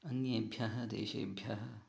अन्येभ्यः देशेभ्यः